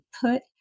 put